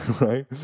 Right